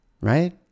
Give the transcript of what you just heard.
Right